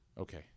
okay